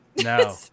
No